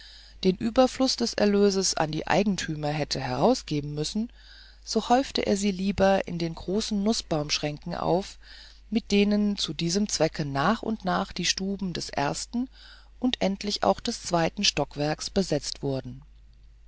den überschuß des erlöses an die eigentümer hätte herausgeben müssen so häufte er sie lieber in den großen nußbaumschränken auf mit denen zu diesem zwecke nach und nach die stuben des ersten und endlich auch des zweiten stockwerks besetzt wurden